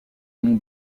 mont